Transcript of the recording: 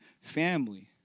family